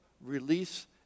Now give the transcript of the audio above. release